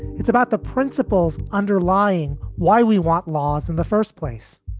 it's about the principles underlying why we want laws in the first place.